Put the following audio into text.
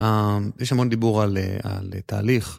יש המון דיבור על תהליך.